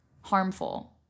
harmful